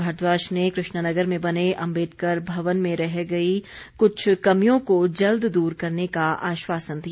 भारद्वाज ने कृष्णानगर में बने अम्बेडकर भवन में रह गई कुछ कमियों को जल्द दूर करने का आश्वासन दिया